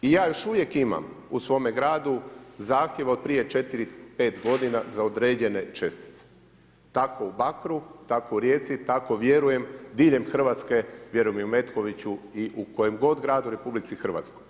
I ja još uvijek imam u svome gradu zahtjev od prije četiri, pet godina za određene čestice, tako u Bakru, tako u Rijeci, tako vjerujem diljem Hrvatske, vjerujem i u Metkoviću i u kojem god gradu u RH.